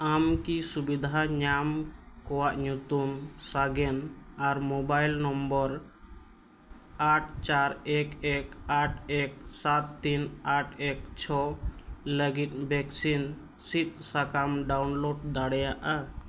ᱟᱢ ᱠᱤ ᱥᱩᱵᱤᱫᱷᱟ ᱧᱟᱢ ᱠᱚᱣᱟᱜ ᱧᱩᱛᱩᱢ ᱥᱟᱜᱮᱱ ᱟᱨ ᱢᱳᱵᱟᱭᱤᱞ ᱱᱚᱢᱵᱚᱨ ᱟᱴ ᱪᱟᱨ ᱮᱠ ᱮᱠ ᱟᱴ ᱮᱠ ᱥᱟᱛ ᱛᱤᱱ ᱟᱴ ᱮᱠ ᱪᱷᱚ ᱞᱟᱹᱜᱤᱫ ᱵᱷᱮᱠᱥᱤᱱ ᱥᱤᱫᱽ ᱥᱟᱠᱟᱢ ᱰᱟᱣᱩᱱᱞᱳᱰ ᱫᱟᱲᱮᱭᱟᱜᱼᱟ